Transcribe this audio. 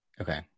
Okay